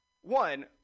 One